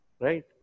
right